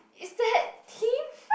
is that Tim